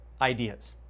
ideas